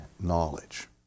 knowledge